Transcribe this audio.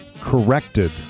corrected